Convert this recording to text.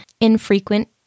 infrequent